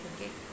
Okay